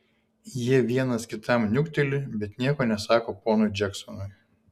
jie vienas kitam niukteli bet nieko nesako ponui džeksonui